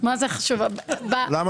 מה שחשוב באמת